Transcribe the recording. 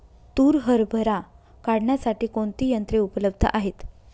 तूर हरभरा काढण्यासाठी कोणती यंत्रे उपलब्ध आहेत?